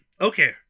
Okay